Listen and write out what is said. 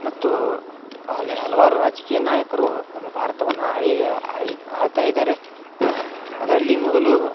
ಮತ್ತು ಆಲ್ಲಿ ಹಲವಾರು ರಾಜಕೀಯ ನಾಯಕರು ನಮ್ಮ ಭಾರತವನ್ನ ಆಳೀದ ಆಳಿ ಆಳ್ತಾ ಇದ್ದಾರೆ ಅದರಲ್ಲಿ ಮೊದಲು